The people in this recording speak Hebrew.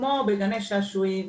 כמו בגני שעשועים,